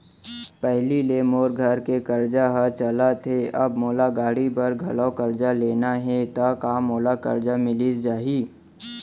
पहिली ले मोर घर के करजा ह चलत हे, अब मोला गाड़ी बर घलव करजा लेना हे ता का मोला करजा मिलिस जाही?